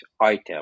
item